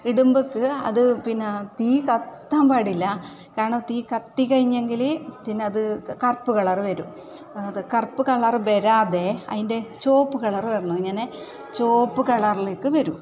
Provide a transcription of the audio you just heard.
ഇടുമ്പക്ക് അത് പിന്ന തീ കത്താൻ പാടില്ല കാരണം തീ കത്തിക്കഴിഞ്ഞെങ്കില് പിന്നത് കറുപ്പ് കളറ് വരും അത് കറുപ്പ് കളറ് വരാതെ അതിൻ്റെ ചുവപ്പ് കളറ് വരണം അങ്ങനെ ചുവപ്പ് കളറിലേക്ക് വരും